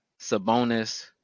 Sabonis